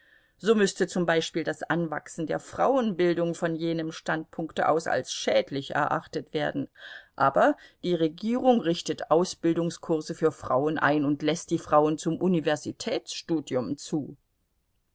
so müßte zum beispiel das anwachsen der frauenbildung von jenem standpunkte aus als schädlich erachtet werden aber die regierung richtet ausbildungskurse für frauen ein und läßt die frauen zum universitätsstudium zu